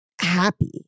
happy